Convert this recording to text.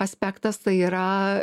aspektas tai yra